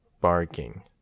Barking